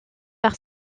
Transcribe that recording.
par